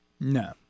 No